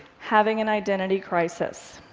having an identity crisis.